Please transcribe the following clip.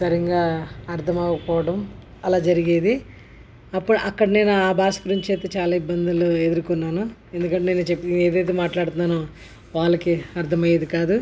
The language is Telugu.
సరింగా అర్థం అవ్వకపోవడం అలా జరిగేది అప్పుడు అక్కడ నేను ఆ భాష నుంచి అయితే చాలా ఇబ్బందులు ఎదుర్కొన్నాను ఎందుకంటే నేను చెప్పేది ఏదైతే మాట్లాడుతున్నానో వాళ్ళకి అర్థం అయ్యేది కాదు